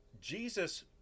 Jesus